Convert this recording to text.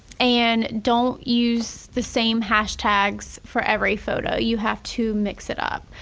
and don't use the same hashtags for every photo, you have to mix it up.